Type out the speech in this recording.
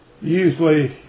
usually